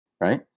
right